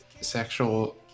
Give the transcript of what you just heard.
sexual